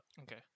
Okay